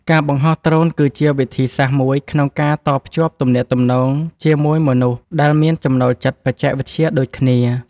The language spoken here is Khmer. ការបង្ហោះដ្រូនគឺជាវិធីសាស្ត្រមួយក្នុងការតភ្ជាប់ទំនាក់ទំនងជាមួយមនុស្សដែលមានចំណូលចិត្តបច្ចេកវិទ្យាដូចគ្នា។